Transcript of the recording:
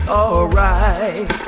alright